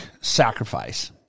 Sacrifice